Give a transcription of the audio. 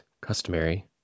customary